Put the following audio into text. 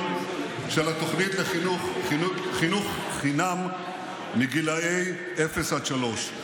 של התוכנית לחינוך חינם מגיל אפס עד שלוש.